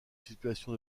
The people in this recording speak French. situation